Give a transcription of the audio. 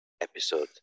episode